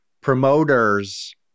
promoters